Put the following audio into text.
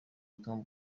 butumwa